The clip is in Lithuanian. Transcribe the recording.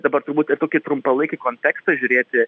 dabar turbūt ir tokį trumpalaikį kontekstą žiūrėti